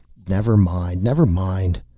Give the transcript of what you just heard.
never mind, never mind.